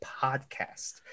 podcast